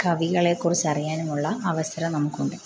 കവികളെക്കറിയിച്ചറിയാനുമുള്ള അവസരം നമുക്കുണ്ട്